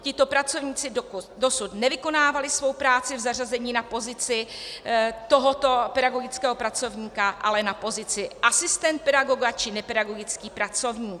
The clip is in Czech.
Tito pracovníci dosud nevykonávali svou práci v zařazení na pozici tohoto pedagogického pracovníka, ale na pozici asistent pedagoga či nepedagogický pracovník.